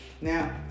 now